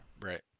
right